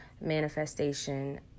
manifestation